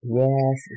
yes